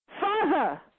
Father